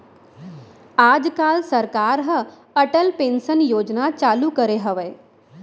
आज काल सरकार ह अटल पेंसन योजना चालू करे हवय